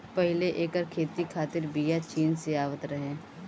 पहिले एकर खेती खातिर बिया चीन से आवत रहे